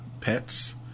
pets